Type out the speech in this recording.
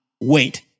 wait